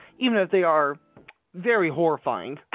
even if they are very horrifying